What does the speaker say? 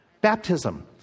Baptism